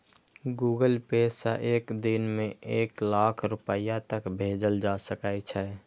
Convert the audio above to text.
Google Pay सं एक दिन मे एक लाख रुपैया तक भेजल जा सकै छै